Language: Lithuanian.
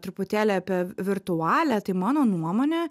truputėlį apie v virtualią tai mano nuomone